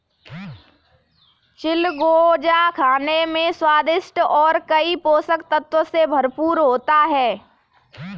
चिलगोजा खाने में स्वादिष्ट और कई पोषक तत्व से भरपूर होता है